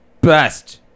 best